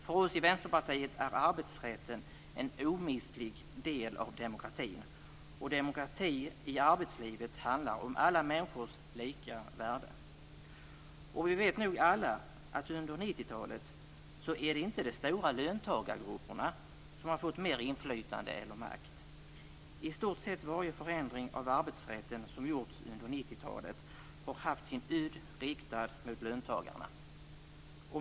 För oss i Vänsterpartiet är arbetsrätten en omistlig del av demokratin, och demokrati i arbetslivet handlar om alla människors lika värde. Vi vet nog alla att under 1990-talet är det inte de stora löntagargrupperna som har fått mer inflytande eller makt. I stort sett varje förändring av arbetsrätten som gjorts under 1990-talet har haft sin udd riktad mot löntagarna.